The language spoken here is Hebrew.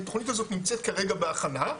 כי התוכנית הזאת נמצאת כרגע בהכנה,